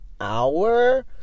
hour